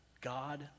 God